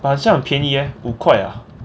but 好像很便宜 leh 五块 ah